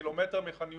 קילומטר מחאן יונס,